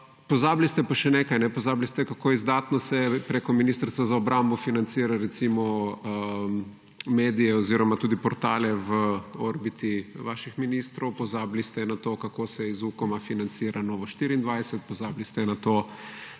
Pozabili ste pa še nekaj. Pozabili ste, kako izdatno se preko Ministrstva za obrambo financira recimo medije oziroma tudi portale v orbiti vaših ministrov. Pozabili ste na to, kako ste iz Ukoma financira Novo24, pozabili ste na to,